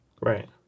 Right